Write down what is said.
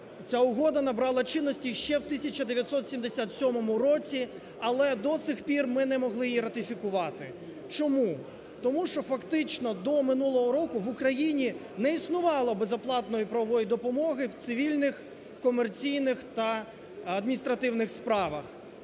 Ця угода набрала чинності ще в 1977 році, але до цих пір ми не могли її ратифікувати. Чому? Тому що фактично до минулого року в Україні не існувало безоплатної правової допомоги в цивільних комерційних та адміністративних справах.